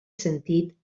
sentit